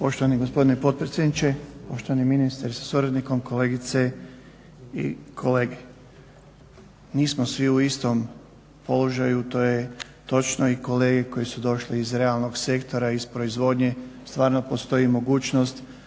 Poštovani gospodine potpredsjedniče, poštovani ministre sa suradnikom, kolegice i kolege. Nismo svi u istom položaju to je točno i kolege koji su došli iz realnog sektora, iz proizvodnje, stvarno postoji mogućnost